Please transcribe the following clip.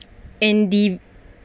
and the